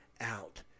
out